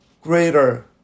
greater